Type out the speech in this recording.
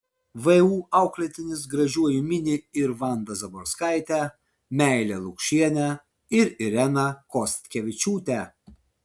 vu auklėtinis gražiuoju mini ir vandą zaborskaitę meilę lukšienę ir ireną kostkevičiūtę